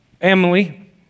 Emily